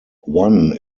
one